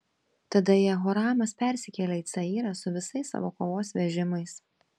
tada jehoramas persikėlė į cayrą su visais savo kovos vežimais